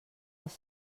els